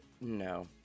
No